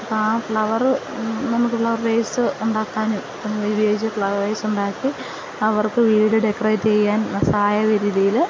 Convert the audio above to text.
ആ ഫ്ലവര് നമുക്ക് flower vase ഉണ്ടാക്കാനും നമ്മളതുവച്ച് ഫ്ലവര് വേസ് ഉണ്ടാക്കി അവർക്ക് വീട് ഡെക്കറേറ്റിയ്യാൻ സഹായകമാകുന്ന രീതിയില്